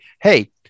hey